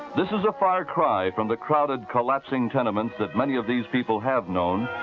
this is ah far cry from the crowded, collapsing tenements that many of these people have known.